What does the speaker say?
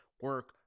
Work